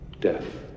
Death